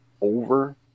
over